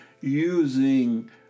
using